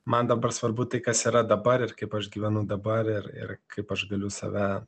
man dabar svarbu tai kas yra dabar ir kaip aš gyvenu dabar ir ir kaip aš galiu save